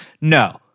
No